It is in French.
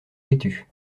têtu